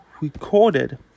recorded